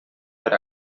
per